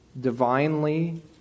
divinely